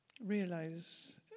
realize